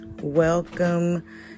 Welcome